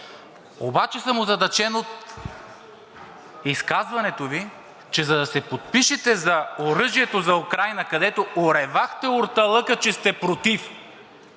Обаче съм озадачен от изказването Ви, че за да се подпишете за оръжието за Украйна, където оревахте орталъка, че сте против